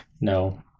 No